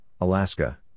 Alaska